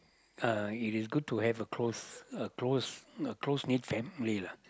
uh it is good to have a close a close a close knit family lah